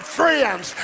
friends